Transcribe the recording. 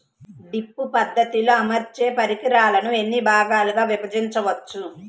Drip పద్ధతిలో అమర్చే పరికరాలను ఎన్ని భాగాలుగా విభజించవచ్చు?